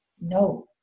No